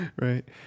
right